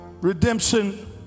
redemption